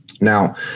now